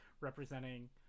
representing